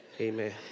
Amen